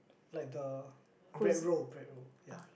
like the bread roll bread roll ya